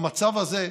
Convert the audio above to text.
במצב הזה,